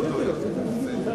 אני לא דואג, זה בסדר.